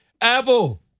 Apple